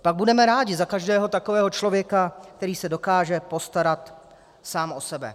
Pak budeme rádi za každého takového člověka, který se dokáže postarat sám o sebe.